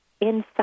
inside